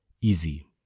easy